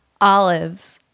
Olives